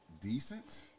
decent